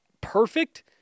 perfect